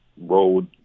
road